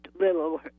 little